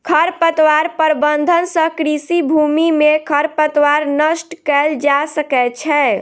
खरपतवार प्रबंधन सँ कृषि भूमि में खरपतवार नष्ट कएल जा सकै छै